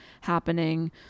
happening